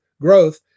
growth